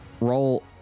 Roll